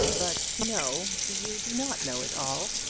but no you do not know it all.